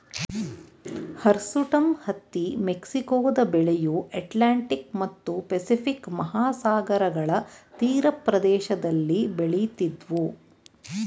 hirsutum ಹತ್ತಿ ಮೆಕ್ಸಿಕೊದ ಬೆಳೆಯು ಅಟ್ಲಾಂಟಿಕ್ ಮತ್ತು ಪೆಸಿಫಿಕ್ ಮಹಾಸಾಗರಗಳ ತೀರಪ್ರದೇಶದಲ್ಲಿ ಬೆಳಿತಿದ್ವು